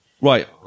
Right